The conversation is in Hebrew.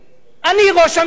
אני ראש הממשלה.